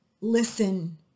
Listen